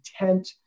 intent